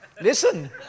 listen